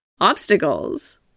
obstacles